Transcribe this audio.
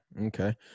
okay